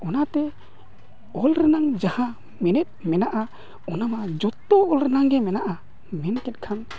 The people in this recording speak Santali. ᱚᱱᱟᱛᱮ ᱚᱞ ᱨᱮᱱᱟᱝ ᱡᱟᱦᱟᱸ ᱢᱮᱱᱮᱫ ᱢᱮᱱᱟᱜᱼᱟ ᱚᱱᱟ ᱢᱟ ᱡᱚᱛᱚ ᱚᱞ ᱨᱮᱱᱟᱝ ᱜᱮ ᱢᱮᱱᱟᱜᱼᱟ ᱢᱮᱱ ᱠᱮᱫ ᱠᱷᱟᱱ